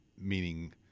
meaning